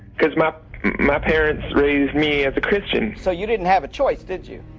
cuz my my parents raised me as a christian so you didn't have a choice. did you?